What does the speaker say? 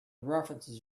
references